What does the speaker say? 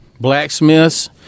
blacksmiths